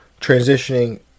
transitioning